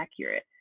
accurate